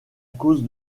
cause